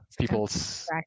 people's